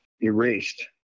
erased